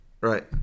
Right